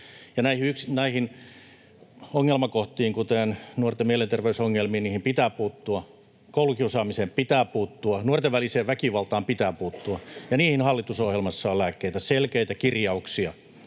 Näihin ongelmakohtiin, kuten nuorten mielenterveysongelmiin, pitää puuttua, koulukiusaamiseen pitää puuttua, nuorten väliseen väkivaltaan pitää puuttua, ja niihin hallitusohjelmassa on lääkkeitä, selkeitä kirjauksia.